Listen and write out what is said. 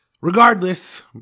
Regardless